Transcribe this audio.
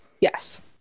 Yes